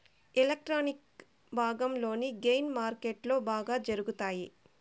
electronic భాగంలోని gain మార్కెట్లో బాగా జరుగుతాయి